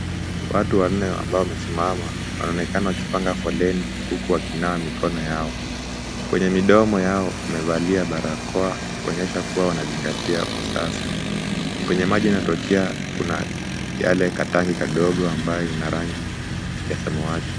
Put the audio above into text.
Watu wanne ambao wamesimama wanaonekana wakipanga foleni huku wali nawa mikono yao. Kwenye midomo yao wamevalia barakoa kuonyesha kuwa wanazingatia usafi . Kwenye maji inatokea kuna yake katanki kadogo ambayo ina rangi ya samawati.